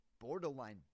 borderline